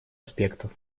аспектов